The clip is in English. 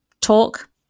Talk